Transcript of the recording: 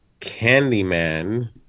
Candyman